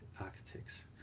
Architects